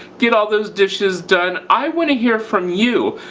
get all those dishes done. i want to hear from you,